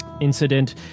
Incident